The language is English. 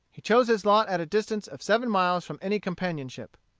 he chose his lot at a distance of seven miles from any companionship.